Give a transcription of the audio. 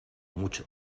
mucho